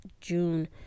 June